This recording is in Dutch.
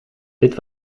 dit